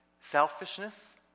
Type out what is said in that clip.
selfishness